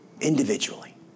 individually